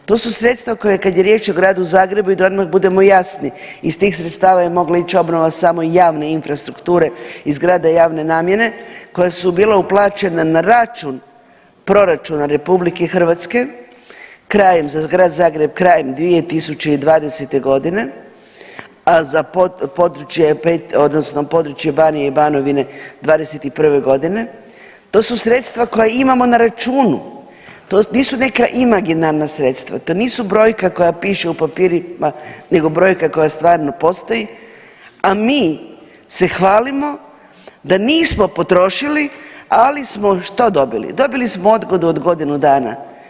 To su sredstva koja kad je riječ o Gradu Zagrebu i da odmah budemo jasni iz tih sredstva je mogla ići obnova samo javne infrastrukture i zgrada javne namjene koja su bila uplaćena na račun proračuna RH krajem, za Grad Zagreb krajem 2020. godine, a područje odnosno područje Banije i Banovine '21. godine, to su sredstva koja imamo na računu, to nisu neka imaginarna sredstva, to nisu brojke koje pišu u papirima nego brojka koja stvarno postoji, a mi se hvalimo da nismo potrošili ali smo što dobili, dobili smo odgodu od godinu dana.